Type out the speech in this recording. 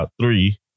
three